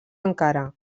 encara